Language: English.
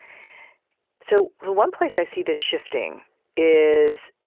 so the one place i see this shifting is,